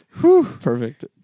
Perfect